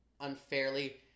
unfairly